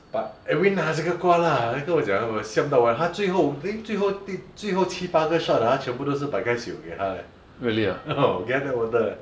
but Edwin lah 这个瓜 lah 跟我讲我 siam 到完他最后 eh 最后第最后七八个 shot ah 他全部都是白开水我给他 eh [ho] [ho] 我给他 tap water eh